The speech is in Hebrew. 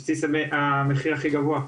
וזאת על בסיס המחיר הכי גבוה.